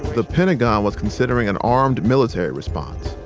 the pentagon was considering an armed military response.